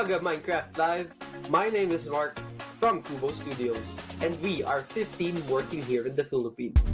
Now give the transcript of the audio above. um like like my name is marc from kubo studios and we are fifteen working here in the philippines.